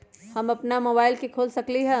हम अपना मोबाइल से खोल सकली ह?